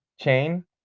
chain